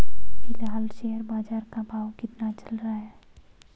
फिलहाल शेयर बाजार का भाव कितना चल रहा है?